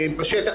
בשטח,